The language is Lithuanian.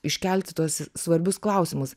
iškelti tuos svarbius klausimus